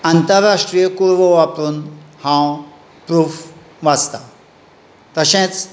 आनी आंतरराष्ट्रीय कुरवो वापरून हांव प्रूफ वाचतां तशेंच